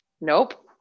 Nope